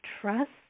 trust